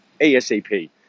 ASAP